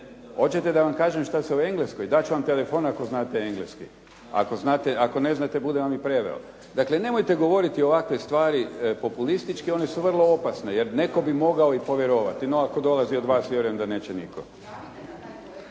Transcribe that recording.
hoćete da vam kažem što se u Engleskoj, dati ću vam telefon ako znate engleski, ako ne znate, budem vam i preveo. Dakle, nemojte govoriti ovakve stvari populističke, one su vrlo opasne, jer netko bi mogao i povjerovati. No ako dolazi od vas ja vjerujem da neće nitko.